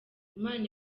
imana